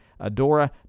Adora